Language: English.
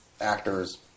actors